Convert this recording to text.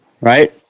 right